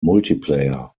multiplayer